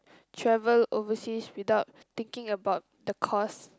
travel overseas without thinking about the cost